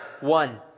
one